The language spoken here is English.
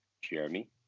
Jeremy